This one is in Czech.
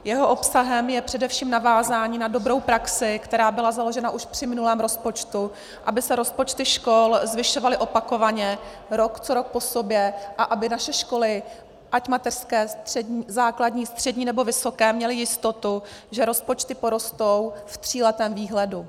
Jeho obsahem je především navázání na dobrou praxi, která byla založena už při minulém rozpočtu, aby se rozpočty škol zvyšovaly opakovaně, rok co rok po sobě, a aby naše školy, ať mateřské, základní, střední, nebo vysoké, měly jistotu, že rozpočty porostou v tříletého výhledu.